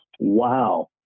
Wow